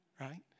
right